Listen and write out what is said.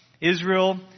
Israel